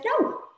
no